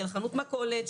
של חנות מכולת,